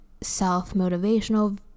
self-motivational